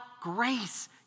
grace